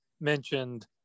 mentioned